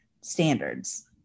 standards